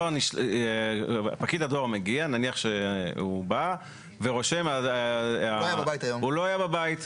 אם פקיד הדואר מגיע ורושם שהוא לא היה בבית.